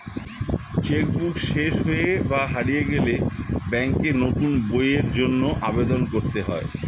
check book শেষ হলে বা হারিয়ে গেলে ব্যাঙ্কে নতুন বইয়ের জন্য আবেদন করতে হয়